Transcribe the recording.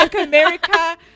America